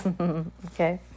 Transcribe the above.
Okay